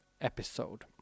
episode